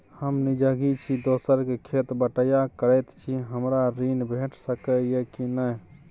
हम निजगही छी, दोसर के खेत बटईया करैत छी, हमरा ऋण भेट सकै ये कि नय?